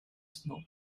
snow